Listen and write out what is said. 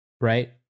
right